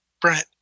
Brent